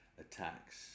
attacks